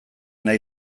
nahi